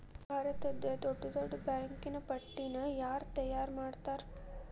ಭಾರತದ್ದ್ ದೊಡ್ಡ್ ದೊಡ್ಡ್ ಬ್ಯಾಂಕಿನ್ ಪಟ್ಟಿನ ಯಾರ್ ತಯಾರ್ಮಾಡ್ತಾರ?